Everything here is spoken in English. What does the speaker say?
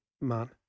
man